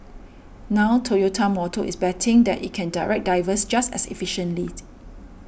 now Toyota Motor is betting that it can direct divers just as efficiently